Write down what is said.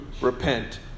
repent